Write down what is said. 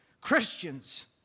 Christians